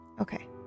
Okay